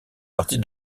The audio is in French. partie